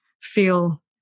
feel